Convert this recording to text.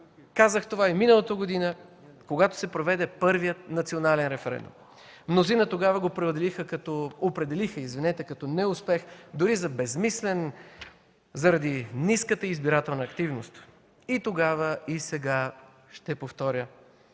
Казах това и миналата година, когато се проведе първият национален референдум. Мнозина тогава го определиха като неуспех, дори за безсмислен заради ниската избирателна активност. И тогава, и сега ще повторя: